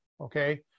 Okay